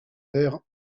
terre